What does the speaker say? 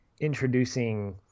introducing